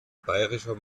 bayerischer